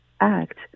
act